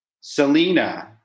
Selena